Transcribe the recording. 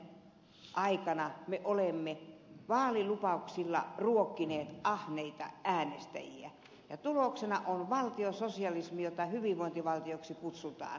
vuosikymmenien aikana me olemme vaalilupauksilla ruokkineet ahneita äänestäjiä ja tuloksena on valtiososialismi jota hyvinvointivaltioksi kutsutaan